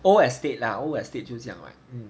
old estate lah old estate 就是这样 right